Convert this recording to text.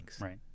Right